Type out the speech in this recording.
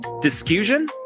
discussion